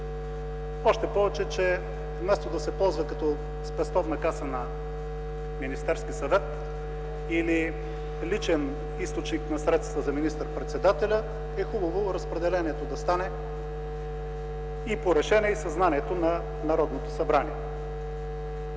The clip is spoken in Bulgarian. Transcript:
още повече, че, вместо да се ползва като спестовна каса на Министерския съвет или личен източник на средства за министър-председателя, е хубаво разпределението да стане и по решение, и със знанието на Народното събрание.